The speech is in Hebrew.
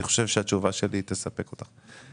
אני חושב שהתשובה שלי תספק אותך.